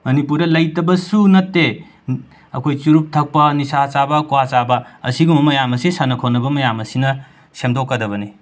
ꯃꯅꯤꯄꯨꯔꯗ ꯂꯩꯇꯕꯁꯨ ꯅꯠꯇꯦ ꯑꯩꯈꯣꯏ ꯆꯨꯔꯨꯞ ꯊꯛꯄ ꯅꯤꯁꯥ ꯆꯥꯕ ꯀ꯭ꯋꯥ ꯆꯥꯕ ꯑꯁꯤꯒꯨꯝꯕ ꯃꯌꯥꯝ ꯑꯁꯤ ꯁꯥꯟꯅ ꯈꯣꯠꯅꯕ ꯃꯌꯥꯝ ꯑꯁꯤꯅ ꯁꯦꯝꯗꯣꯛꯀꯗꯕꯅꯤ